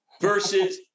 versus